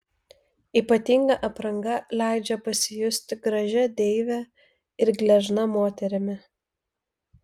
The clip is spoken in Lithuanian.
ypatinga apranga leidžia pasijusti gražia deive ir gležna moterimi